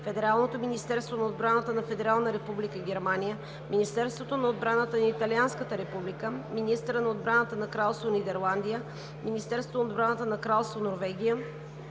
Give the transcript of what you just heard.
Федералното министерство на отбраната на Федерална република Германия, Министерството на отбраната на Италианската република, министъра на отбраната на Кралство Нидерландия, Министерството на отбраната на Кралство Норвегия,